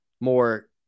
more